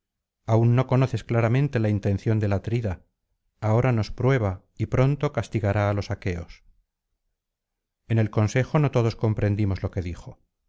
aún no conoces claramente la intención del atrida ahora nos prueba y pronto castigará á los aqueos en el consejo no todos comprendimos lo que dijo